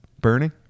Burning